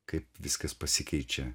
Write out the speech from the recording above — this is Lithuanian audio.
kaip viskas pasikeičia